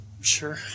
sure